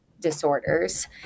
disorders